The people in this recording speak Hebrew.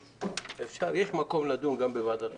יש מקום לדון על כך גם בוועדת החוקה.